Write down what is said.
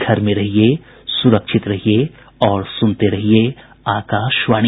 घर में रहिये सुरक्षित रहिये और सुनते रहिये आकाशवाणी